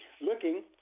looking